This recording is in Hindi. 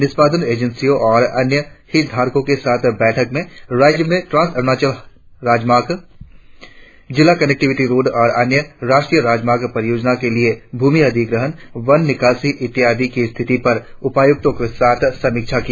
निष्पादन एजेंसियों और अन्य हितधारकों के साथ बैठक में राज्य में ट्रांस अरुणाचल राजमार्ग जिला कनेक्टिविटी रोड और अन्य राष्ट्रीय राजमार्ग परियोजनाओं के लिए भूमि अधिग्रहण वन निकासी इत्यादि की स्थिति पर उपायुक्तों के साथ समिक्षा की